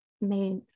made